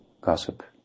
gossip